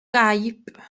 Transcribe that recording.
gaib